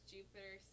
Jupiter